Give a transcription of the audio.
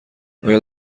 آیا